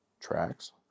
tracks